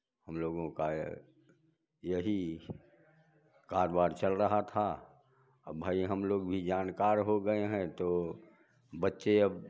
हम लोगों का यही कारोबार चल रहा था अब भाई हम लोग भी जानकार हो गए हैं तो बच्चे अब